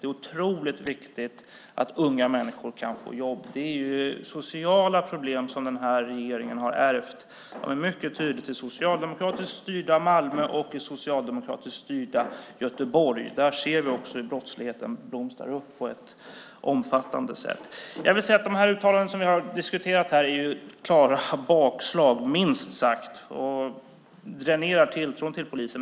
Det är otroligt viktigt att unga människor kan få jobb. Det är sociala problem som den här regeringen har ärvt. De är mycket tydliga i socialdemokratiskt styrda Malmö och i socialdemokratiskt styrda Göteborg. Där ser vi hur brottsligheten blomstrar på ett omfattande sätt. De uttalanden som vi här har diskuterat är klara bakslag, minst sagt, och dränerar tilltron till polisen.